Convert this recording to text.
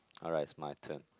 alright it's my turn